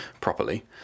properly